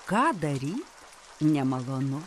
ką daryt nemalonu